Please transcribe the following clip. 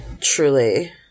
Truly